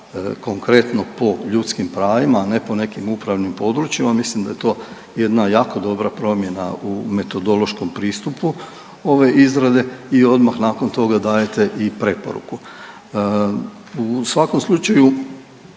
konkretno po ljudskim pravima, a ne po nekim upravnim područjima mislim da je to jedna jako dobra promjena u metodološkom pristupu ove izrade i odmah nakon toga dajete i preporuku. U svakom slučaju